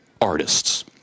artists